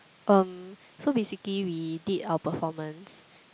um so basically we did our performance